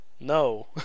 no